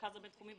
במרכז הבין תחומי,